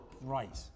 right